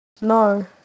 No